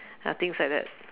ya things like that